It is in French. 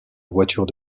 voiture